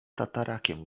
tatarakiem